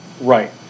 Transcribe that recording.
right